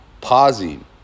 pausing